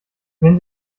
wenn